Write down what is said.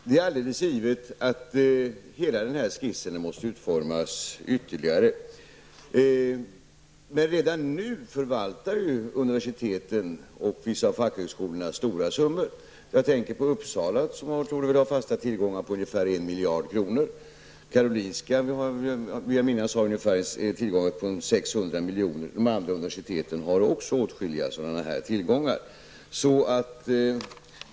Herr talman! Det är alldeles givet att hela denna skiss måste utformas ytterligare. Men redan nu förvaltar ju universiteten och vissa fackhögskolor stora summor. Jag tänker på Uppsala universitetet, som torde ha fasta tillgångar på ungefär en miljard kronor. Och jag vill minnas att Karolinska har tillgångar på ungefär 600 miljoner. De andra universiteten har också åtskilliga sådana tillgångar.